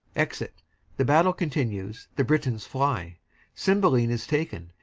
exit the battle continues the britons fly cymbeline is taken.